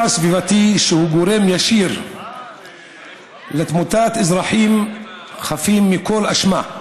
הסביבתי שהוא גורם ישיר לתמותת אזרחים חפים מכל אשמה,